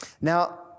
Now